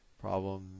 Problem